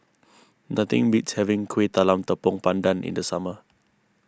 nothing beats having Kuih Talam Tepong Pandan in the summer